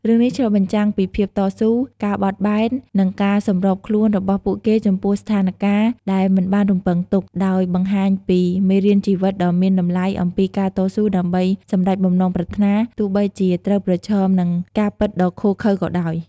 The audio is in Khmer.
រឿងនេះឆ្លុះបញ្ចាំងពីភាពតស៊ូ ការបត់បែន និងការសម្របខ្លួនរបស់ពួកគេចំពោះស្ថានការណ៍ដែលមិនបានរំពឹងទុក ដោយបង្ហាញពីមេរៀនជីវិតដ៏មានតម្លៃអំពីការតស៊ូដើម្បីសម្រេចបំណងប្រាថ្នា ទោះបីជាត្រូវប្រឈមនឹងការពិតដ៏ឃោរឃៅក៏ដោយ។